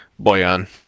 Boyan